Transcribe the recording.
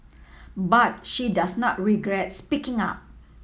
but she does not regrets speaking up